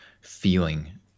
feeling